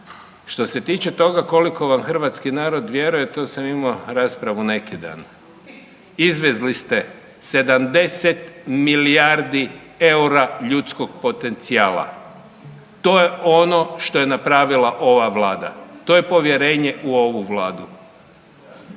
što se tiče toga koliko vam hrvatski narod vjeruje to sam imao raspravu neki dan. Izvezli ste 70 milijardi EUR-a ljudskog potencijala. To je ono što je napravila ova vlada, to je povjerenje u ovu vladu.